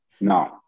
No